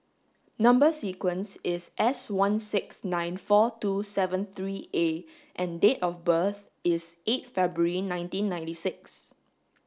number sequence is S one six nine four two seven three A and date of birth is eight February nineteen ninety six